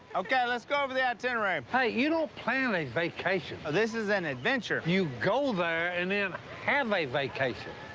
okay, let's go over the itinerary. hey, you don't plan a vacation. this is an adventure. you go there and then have a vacation.